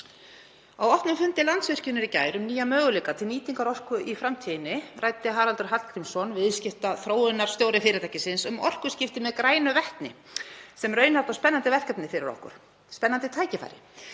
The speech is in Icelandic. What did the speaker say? Á opnum fundi Landsvirkjunar í gær um nýja möguleika til nýtingar orku í framtíðinni, ræddi Haraldur Hallgrímsson, viðskiptaþróunarstjóri fyrirtækisins, um orkuskipti með grænu vetni sem raunhæft og spennandi verkefni fyrir okkur, spennandi tækifæri.